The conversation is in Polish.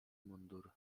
mundur